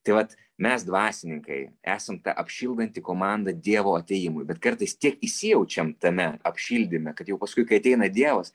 tai vat mes dvasininkai esam ta apšildanti komanda dievo atėjimui bet kartais tiek įsijaučiam tame apšildyme kad jau paskui kai ateina dievas